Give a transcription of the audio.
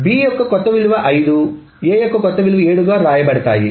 B యొక్క కొత్త విలువ 5 A యొక్క కొత్త విలువ 7 గా వ్రాయబడతాయి